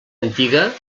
antiga